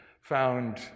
found